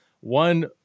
one